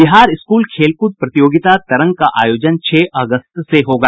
Bihar school खेलकूद प्रतियोगिता तरंग का आयोजन छह अगस्त से होगा